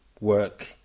work